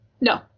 no